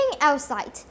outside